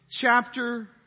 chapter